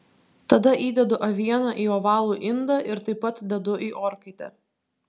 tada įdedu avieną į ovalų indą ir taip pat dedu į orkaitę